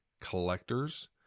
collectors